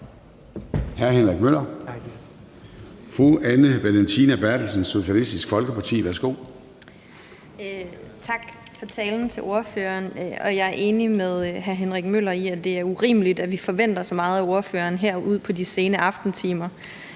(Søren Gade): Fru Anne Valentina Berthelsen, Socialistisk Folkeparti. Værsgo. Kl. 23:41 Anne Valentina Berthelsen (SF): Tak til ordføreren for talen. Jeg er enig med hr. Henrik Møller i, at det er urimeligt, at vi forventer os så meget af ordføreren her ud på de sene aftentimer,